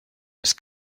his